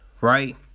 right